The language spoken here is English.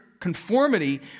conformity